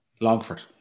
Longford